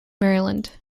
maryland